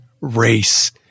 race